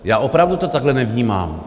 Já opravdu to takhle nevnímám.